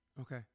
Okay